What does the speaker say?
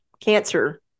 Cancer